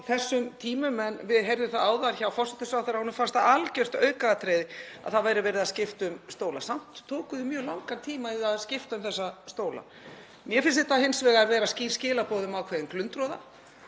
þessum tímum en við heyrðum það áðan hjá forsætisráðherra að honum fannst það algjört aukaatriði að það væri verið að skipta um stóla. Samt tókuð þið mjög langan tíma í að skipta um þessa stóla. Mér finnst það hins vegar vera skýr skilaboð um ákveðinn glundroða,